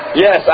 Yes